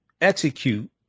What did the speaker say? execute